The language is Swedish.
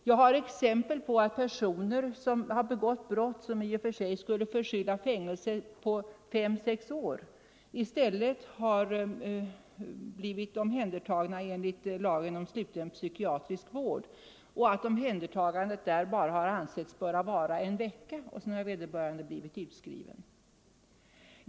Jag har exempel på personer som har begått brott som i och för sig skulle förskylla fängelse på 5-6 år, men som i stället blivit omhändertagna enligt lagen om sluten psykiatrisk vård och där omhändertagandet bara ansetts behöva pågå en vecka varefter personen blivit utskriven.